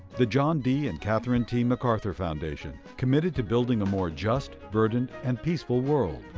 the john d. and catherine t. macarthur foundation, committed to building a more just, verdant, and peaceful world.